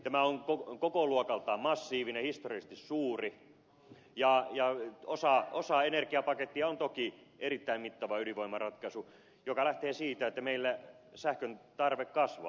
tämä on kokoluokaltaan massiivinen historiallisesti suuri ja osa energiapakettia on toki erittäin mittava ydinvoimaratkaisu joka lähtee siitä että meillä sähköntarve kasvaa